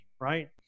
right